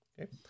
Okay